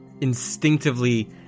Instinctively